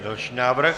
Další návrh?